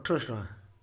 ଅଠର ଶହ ଟଙ୍କା